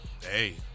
Hey